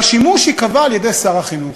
והשימוש ייקבע על-ידי שר החינוך".